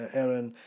Aaron